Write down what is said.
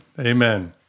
Amen